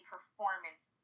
performance